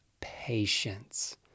patience